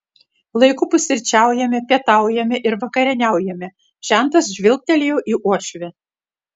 laiku pusryčiaujame pietaujame ir vakarieniaujame žentas žvilgtelėjo į uošvę